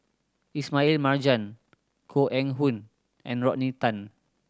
Ismail Marjan Koh Eng Hoon and Rodney Tan